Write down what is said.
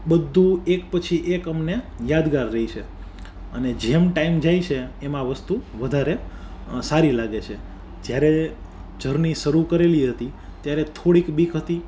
બધું એક પછી એક અમને યાદગાર રેય છે અને જેમ ટાઈમ જાય છે એમ આ વસ્તુ વધારે સારી લાગે છે જ્યારે જર્ની શરૂ કરેલી હતી ત્યારે થોડીક બીક હતી